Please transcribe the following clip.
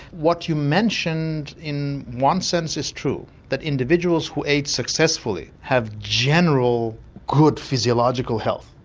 what you mentioned in one sense is true, that individuals who age successfully have general good physiological health.